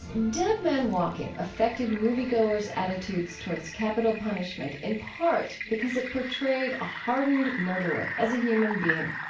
dead man walking affected moviegoers' attitudes towards capital punishment in part because it portrayed a hardened murderer as a human being,